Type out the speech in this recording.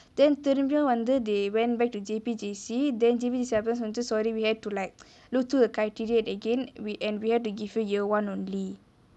then திரும்பியும் வந்து:tirumbiyum vanthu they went back to J_P_J_C then J_P_J_C அப்பதா சொன்னுச்சு:appathaa sonnuchu sorry we had to like look through the criteria again we and we had to give her year one only